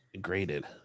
graded